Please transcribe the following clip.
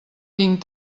tinc